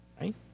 Right